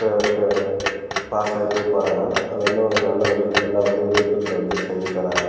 பாஸாகிட்டே போறாங்க அது வந்து ஒரு நல்ல ஒரு டிஃப்ரெண்ட்டாக வந்து விழுப்புரத்தில் வந்து செஞ்சு தராங்க